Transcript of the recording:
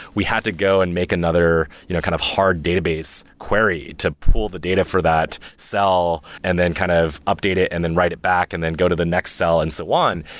we have to go and make another you know kind of hard database query to pull the data for that cell and then kind of update it and then write it back and then go to the next cell and so on.